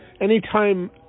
anytime